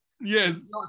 Yes